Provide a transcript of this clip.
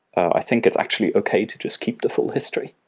i think it's actually okay to just keep the full history.